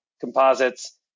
composites